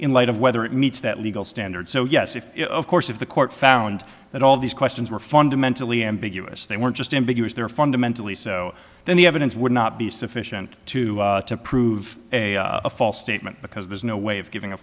in light of whether it meets that legal standard so yes if of course if the court found that all these questions were fundamentally ambiguous they weren't just ambiguous they're fundamentally so then the evidence would not be sufficient to prove a false statement because there's no way of giving a